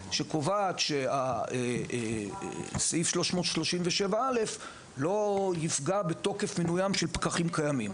שקובעת שסעיף 337(א) לא יפגע בתוקף מינויים של פקחים קיימים,